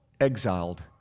exiled